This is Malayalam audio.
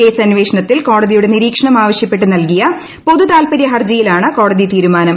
കേസ് അന്വേഷണത്തിൽ കോടതിയുടെ നിരീക്ഷണം ആവശ്യപ്പെട്ട് നൽകിയ പൊതുതാൽപര്യ ഹർജിയിലാണ് കോടതി തീരുമാനം